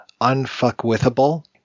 Unfuckwithable